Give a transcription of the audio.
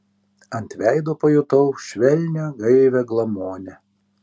ant veido pajutau švelnią gaivią glamonę